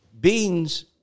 Beans